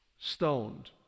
stoned